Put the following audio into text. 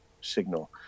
signal